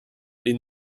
den